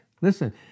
listen